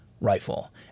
rifle